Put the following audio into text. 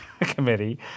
committee